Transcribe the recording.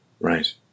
right